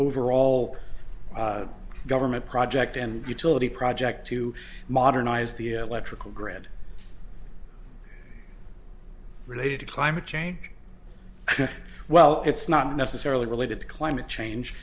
overall government project and utility project to modernize the electrical grid related to climate change well it's not necessarily related to climate change